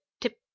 tip